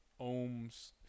Ohms